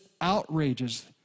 outrages